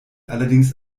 allerdings